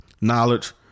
Knowledge